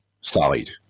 side